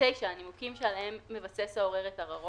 (6)תמצית ההחלטה שעליה עוררים,